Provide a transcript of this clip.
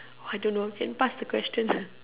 I don't know can pass the question